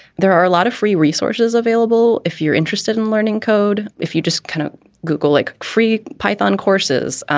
there are a lot of free resources available if you're interested in learning code if you just kind of google like free python courses,